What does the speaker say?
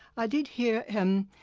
i did hear him,